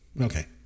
Okay